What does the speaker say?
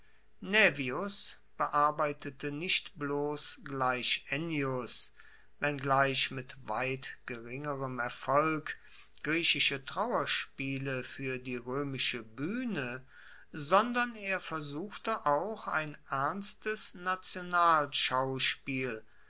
naevius bearbeitete nicht bloss gleich ennius wenngleich mit weit geringerem erfolg griechische trauerspiele fuer die roemische buehne sondern er versuchte auch ein ernstes